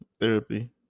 therapy